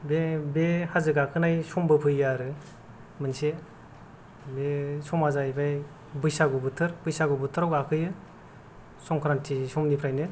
बे हाजो गाखोनाय समबो फैयो आरो मोनसे बे समा जाहैबाय बैसागु बोथोर बैसागु बोथोराव गाखोयो संख्रान्थि समनिफ्रायनो